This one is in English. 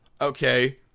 Okay